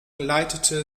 leitete